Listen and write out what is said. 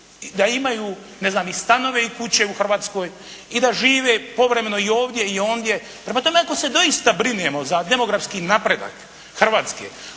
da imaju ne znam i stanove i kuće u Hrvatsko i da žive povremeno i ovdje i ondje. Prema tome, ako se doista brinemo za demografski napredak Hrvatske,